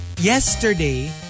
yesterday